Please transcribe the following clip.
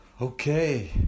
Okay